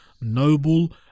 noble